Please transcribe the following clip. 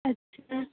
اچھا